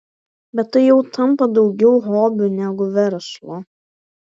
bet tai jau tampa daugiau hobiu negu verslu